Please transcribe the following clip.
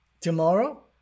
tomorrow